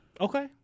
Okay